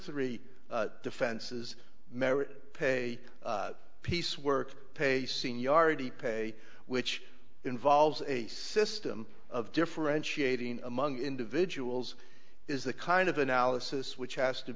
three defenses merit pay piecework pay seniority pay which involves a system of differentiating among individuals is the kind of analysis which has to